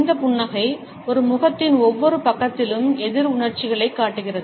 இந்த புன்னகை ஒரு முகத்தின் ஒவ்வொரு பக்கத்திலும் எதிர் உணர்ச்சிகளைக் காட்டுகிறது